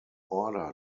order